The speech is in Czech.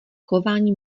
chování